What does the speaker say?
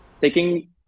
taking